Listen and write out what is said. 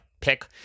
pick